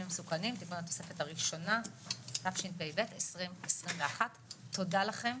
המסוכנים והתוספת הראשונה תשפ"ב 2021. תודה לכם,